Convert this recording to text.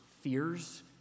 fears